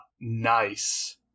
nice